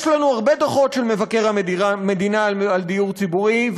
יש לנו הרבה דוחות של מבקר המדינה על דיור ציבורי,